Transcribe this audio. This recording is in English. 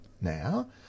now